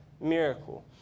miracle